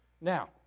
Now